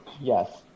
Yes